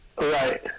Right